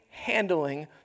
Handling